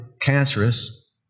cancerous